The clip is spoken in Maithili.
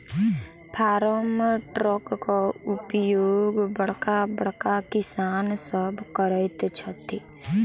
फार्म ट्रकक उपयोग बड़का बड़का किसान सभ करैत छथि